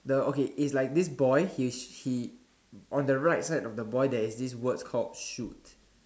the okay is like this boy his he on the right side of the boy there is this word called shoot